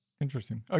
Interesting